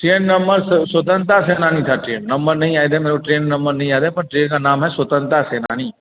train number Swatantrata Senani था train number नहीं याद मेरे को ट्रेन नंबर नहीं याद है पर ट्रेन का नाम है स्वतंत्रता सेनानी